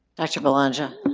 dr. belongia?